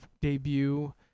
debut